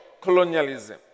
colonialism